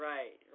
Right